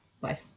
Bye